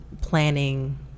planning